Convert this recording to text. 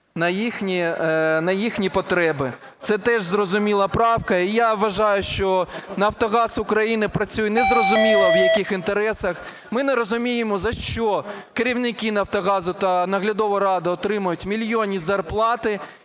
на їхні потреби. Це теж зрозуміла правка і я вважаю, що "Нафтогаз України" працює незрозуміло в яких інтересах. Ми не розуміємо, за що керівники "Нафтогазу" та наглядова рада отримують мільйонні зарплати,